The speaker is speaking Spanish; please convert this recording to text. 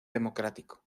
democrático